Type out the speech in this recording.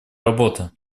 работа